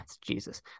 Jesus